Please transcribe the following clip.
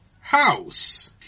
House